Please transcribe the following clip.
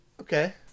Okay